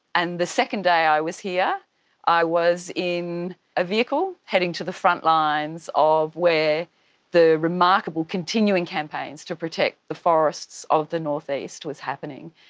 and the second day i was here i was in a vehicle heading to the frontlines of where the remarkable continuing campaigns to protect the forests of the north-east was happening.